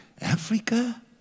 Africa